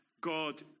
God